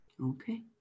okay